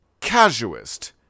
Casuist